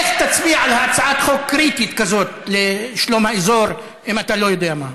איך תצביע על הצעת חוק קריטית כזאת לשלום האזור אם אתה לא יודע מה?